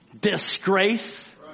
Disgrace